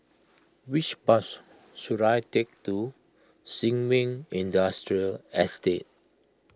which bus should I take to Sin Ming Industrial Estate